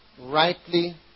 Rightly